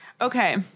Okay